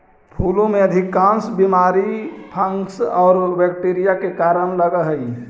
फूलों में अधिकांश बीमारी फंगस और बैक्टीरिया के कारण लगअ हई